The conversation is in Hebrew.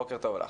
בוקר טוב לך.